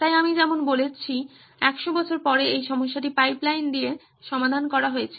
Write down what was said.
তাই আমি যেমন বলছি 100 বছর পরে এই সমস্যাটি পাইপলাইন দিয়ে সমাধান করা হয়েছে